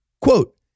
Quote